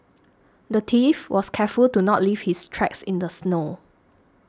the thief was careful to not leave his tracks in the snow